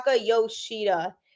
Yoshida